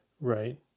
Right